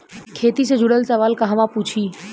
खेती से जुड़ल सवाल कहवा पूछी?